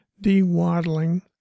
de-waddling